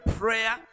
prayer